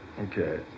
okay